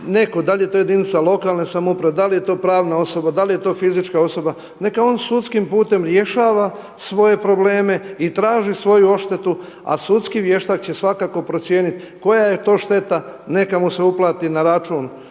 neko da li je to jedinica lokalne samouprave, da li je to pravna osoba, da li je to fizička osoba neka on sudskim putem rješava svoje probleme i traži svoju odštetu, a sudski vještak će svakako procijeniti koja je to šteta. Neka mu se uplati na račun